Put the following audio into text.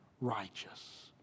righteous